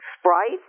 Sprite